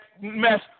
mess